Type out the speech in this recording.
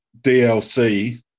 DLC